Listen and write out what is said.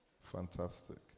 Fantastic